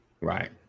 Right